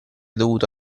dovuto